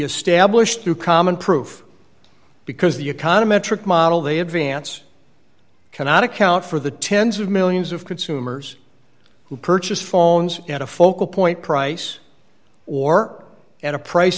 established through common proof because the econometric model they advance cannot account for the s of millions of consumers who purchase phones at a focal point price or at a price